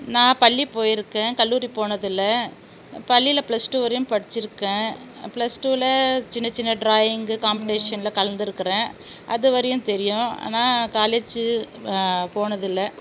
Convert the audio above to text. நான் பள்ளி போயி இருக்கேன் கல்லூரி போனது இல்லை பள்ளியில ப்ளஸ் டூ வரையும் படிச்சு இருக்கேன் ப்ளஸ் டூவில சின்னச்சின்ன டிராயிங்கு காம்பட்டிஷனில் கலந்து இருக்குறன் அதுவரையும் தெரியும் ஆனால் காலேஜி போனது இல்லை